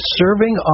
serving